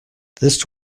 this